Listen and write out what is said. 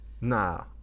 Nah